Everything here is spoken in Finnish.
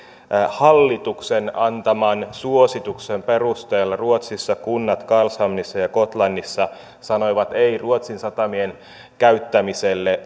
hallituksen antaman suosituksen perusteella ruotsissa kunnat karlshamnissa ja gotlannissa sanoivat ei ruotsin satamien käyttämiselle